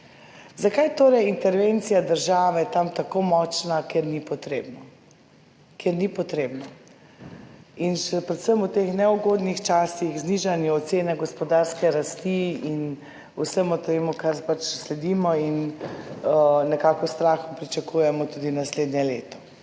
Zakaj je torej intervencija države tam tako močna, kjer ni potrebno, kjer ni potrebno? In še predvsem v teh neugodnih časih znižanju ocene gospodarske rasti in vsemu temu, kar pač sledimo in nekako strah pričakujemo tudi naslednje leto.